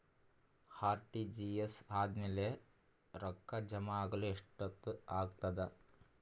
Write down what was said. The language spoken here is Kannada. ಆರ್.ಟಿ.ಜಿ.ಎಸ್ ಆದ್ಮೇಲೆ ರೊಕ್ಕ ಜಮಾ ಆಗಲು ಎಷ್ಟೊತ್ ಆಗತದ?